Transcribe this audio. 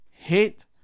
Hit